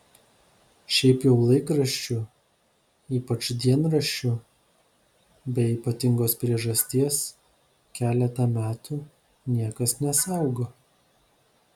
šiaip jau laikraščių ypač dienraščių be ypatingos priežasties keletą metų niekas nesaugo